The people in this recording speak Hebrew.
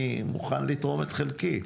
אני מוכן לתרום את חלקי.